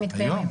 זה מתקיים היום.